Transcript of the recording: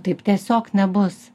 taip tiesiog nebus